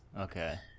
Okay